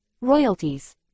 royalties